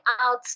out